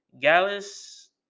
Gallus